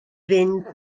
fynd